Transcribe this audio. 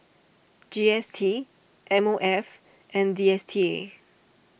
G S T M O F and D S T A